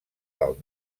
del